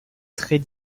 très